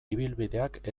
ibilbideak